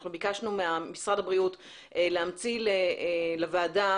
אנחנו ביקשנו ממשרד הבריאות להמציא לוועדה,